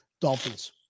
Dolphins